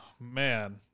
Man